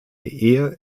ehe